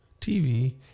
TV